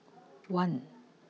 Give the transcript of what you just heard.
one